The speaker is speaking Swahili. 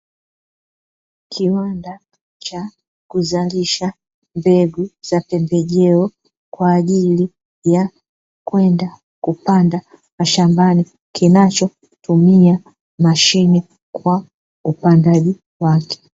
Kiwanda cha kuzalisha mbegu za pembejeo kwa ajili ya kwenda kupanda mashambani, kinachotumia mashine kwa upandaji wake.